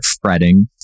fretting